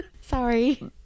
sorry